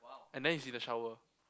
and then he's in the shower